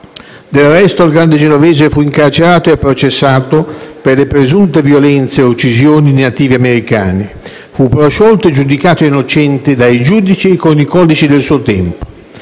Del resto, il grande genovese fu incarcerato e processato per le presunte violenze o uccisioni di nativi americani. Fu prosciolto e giudicato innocente dai giudici e con i codici del suo tempo.